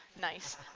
nice